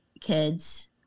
kids